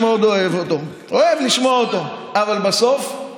100,000 איש שלא יוכלו לחזור חזרה ולהשתלב בשלב הזה בסידור העבודה.